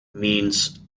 means